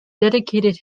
dedicated